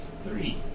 three